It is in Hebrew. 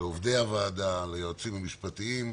לעובדי הוועדה, ליועצים המשפטיים,